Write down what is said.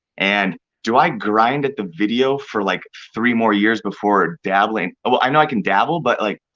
and do i grind at the video for like three more years before dabbling, i know i can dabble, but like,